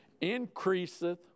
increaseth